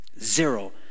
Zero